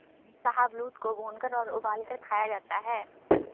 शाहबलूत को भूनकर और उबालकर खाया जाता है